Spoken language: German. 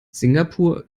singapur